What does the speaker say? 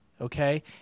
Okay